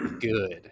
good